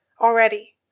already